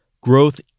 Growth